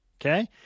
Okay